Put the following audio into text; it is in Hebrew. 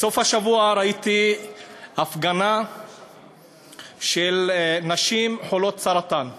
בסוף השבוע ראיתי הפגנה של נשיים חולות סרטן בעזה,